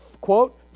quote